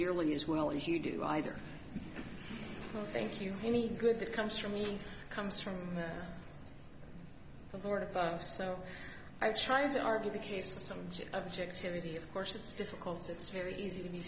nearly as well as you do either will thank you any good that comes from me comes from the order of so i tried to argue the case with some objective of the of course it's difficult it's very easy to be